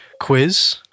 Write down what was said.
quiz